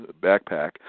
backpack